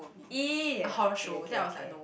!ee! okay okay okay